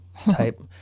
type